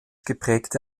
geprägte